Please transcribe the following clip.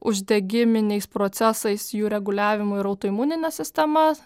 uždegiminiais procesais jų reguliavimu ir autoimunine sistema